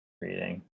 reading